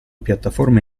piattaforme